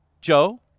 Joe